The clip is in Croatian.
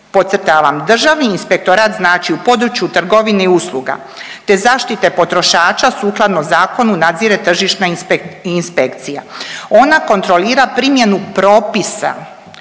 podcrtavam Državni inspektorat znači u području trgovine i usluga, te zaštite potrošača sukladno zakonu nadzire Tržišna inspekcija. Ona kontrolira primjenu propisa